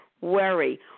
worry